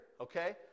okay